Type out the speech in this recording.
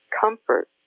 comfort